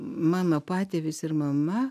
mano patėvis ir mama